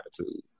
attitude